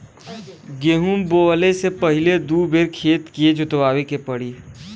गेंहू बोवले से पहिले दू बेर खेत के जोतवाए के पड़ी